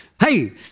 Hey